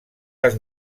les